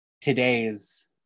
today's